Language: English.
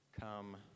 come